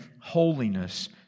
holiness